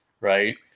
right